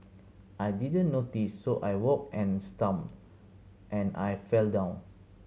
I didn't notice so I walked and and I fell down